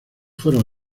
fueron